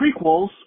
prequels